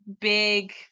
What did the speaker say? big